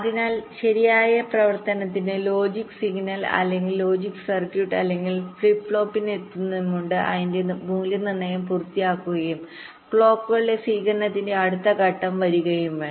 അതിനാൽ ശരിയായ പ്രവർത്തനത്തിന് ലോജിക് സിഗ്നൽ അല്ലെങ്കിൽ ലോജിക് സർക്യൂട്ട് അല്ലെങ്കിൽ ഫ്ലിപ്പ് ഫ്ലോപ്പിലെത്തുന്നതിനുമുമ്പ് അതിന്റെ മൂല്യനിർണ്ണയം പൂർത്തിയാക്കുകയും ക്ലോക്കുകളുടെ സ്വീകരണത്തിന്റെ അടുത്ത ഘട്ടം വരികയും വേണം